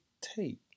take